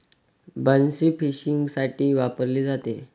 बन्सी फिशिंगसाठी वापरली जाते